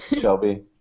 Shelby